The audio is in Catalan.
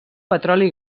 petroli